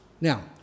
Now